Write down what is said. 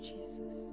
Jesus